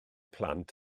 plant